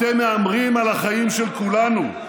אתם מהמרים על החיים של כולנו,